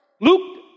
Luke